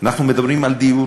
אנחנו מדברים על דיור,